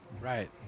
Right